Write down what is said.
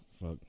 Fuck